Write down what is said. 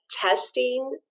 testing